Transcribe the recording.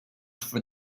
for